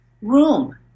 room